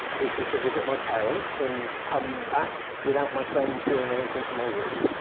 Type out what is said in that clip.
which is to visit my parents and come back without my friends doing anything to my room.